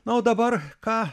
na o dabar ką